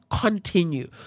continue